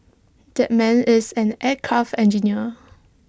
that man is an aircraft engineer